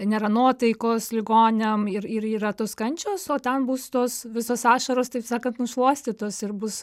nėra nuotaikos ligoniam ir ir yra tos kančios o ten bus tos visos ašaros taip sakant nušluostytos ir bus